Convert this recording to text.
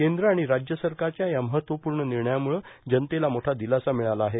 केंद्र आणि राज्य सरकारच्या या महत्त्वपूर्ण निर्णयामुळं जनतेला मोठा दिलासा मिळाला आहे